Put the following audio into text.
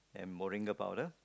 and moringa powder